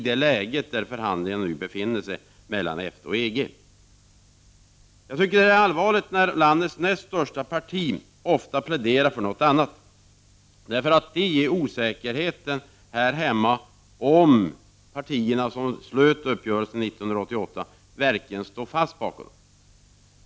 Det är allvarligt när landets näst största parti ofta pläderar för något annat. Det skapar osäkerhet här hemma om huruvida de partier som slöt uppgörelsen 1988 verkligen står fast vid den.